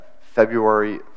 February